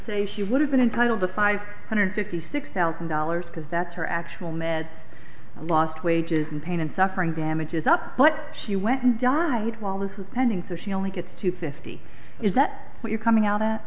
say she would have been entitled to five hundred fifty six thousand dollars because that's her actual med lost wages and pain and suffering damages up but she went and died while this is pending so she only gets to fifty is that we're coming out